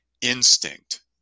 instinct